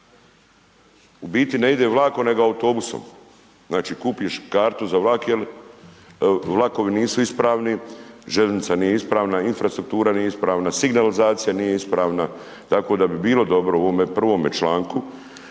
u biti ne ide vlakom nego autobusom, znači kupiš kartu za vlak jer vlakovi nisu ispravni, željeznica nije ispravna, infrastruktura nije ispravna, signalizacija nije ispravna, tako da bi bilo dobro u ovome prvome članku